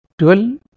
12